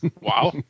Wow